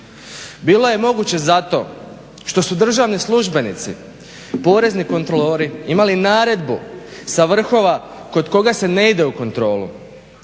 Bilo je moguće zato što su državni službenici porezni kontrolori imali naredbu sa vrhova kod koga se ne ide u kontrolu.